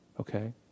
okay